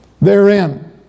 therein